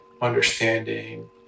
understanding